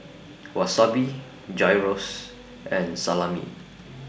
Wasabi Gyros and Salami